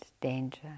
danger